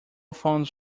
phones